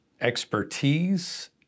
expertise